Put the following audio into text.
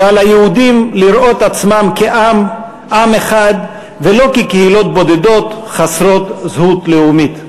שעל היהודים לראות עצמם כעם אחד ולא כקהילות בודדות חסרות זהות לאומית.